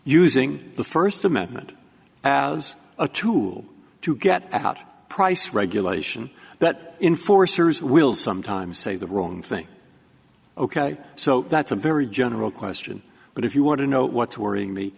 using the first amendment as a tool to get out price regulation that in forcers will sometimes say the wrong thing ok so that's a very general question but if you want to know what's worrying me